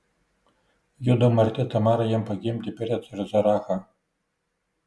judo marti tamara jam pagimdė perecą ir zerachą